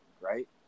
right